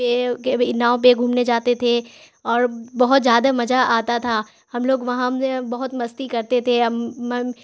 پیڑ کے ناؤ پہ گھومنے جاتے تھے اور بہت زیادہ مزہ آتا تھا ہم لوگ وہاں بہت مستی کرتے تھے